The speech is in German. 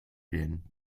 gehen